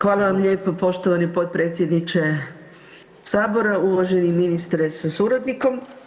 Hvala vam lijepo poštovani potpredsjedniče Sabora, uvaženi ministre sa suradnikom.